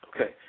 Okay